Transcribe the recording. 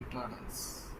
retardants